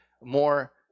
more